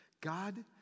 God